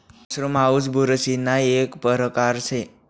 mushroom हाऊ बुरशीना एक परकार शे